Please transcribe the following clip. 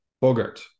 Bogart